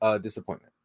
disappointment